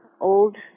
old